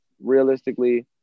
realistically